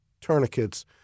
tourniquets